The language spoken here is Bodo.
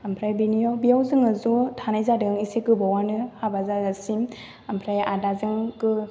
ओमफ्राय बेयाव जोङो ज' थानाय जादों एसे गोबावानो हाबा जाजासिम ओमफ्राय आदाजों